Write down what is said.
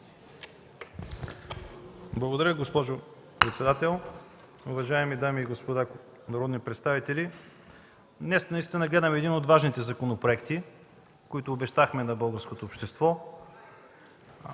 Благодаря, госпожо председател. Уважаеми дами и господа народни представители, днес наистина гледаме един от важните законопроекти, които обещахме на българското общество.